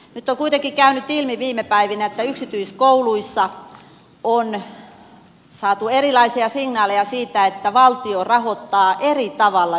nyt on kuitenkin käynyt ilmi viime päivinä että yksityiskouluissa on saatu erilaisia signaaleja siitä että valtio rahoittaa eri tavalla yksityiskouluja